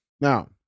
Now